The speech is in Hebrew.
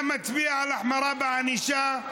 אתה מצביע על החמרה בענישה,